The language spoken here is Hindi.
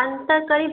अंतः कई